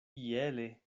iele